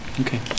Okay